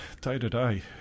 day-to-day